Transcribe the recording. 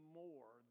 more